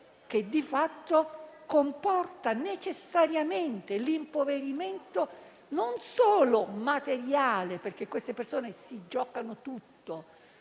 che di fatto comporta necessariamente l'impoverimento, non solo materiale - perché queste persone si giocano tutto